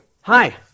hi